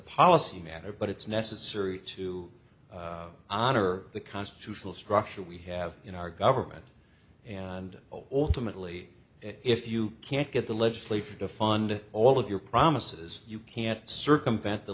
policy matter but it's necessary to honor the constitutional structure we have in our government and automatically if you can't get the legislature to fund all of your promises you can't circumvent the